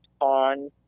on